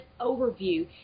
overview